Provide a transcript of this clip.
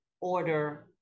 order